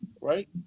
right